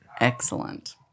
Excellent